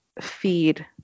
feed